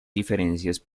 diferencias